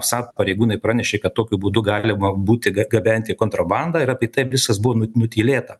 vsat pareigūnai pranešė kad tokiu būdu galima būti ga gabenti kontrabandą ir apie tai viskas buvo nu nutylėta